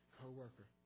co-worker